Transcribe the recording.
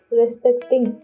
respecting